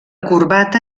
corbata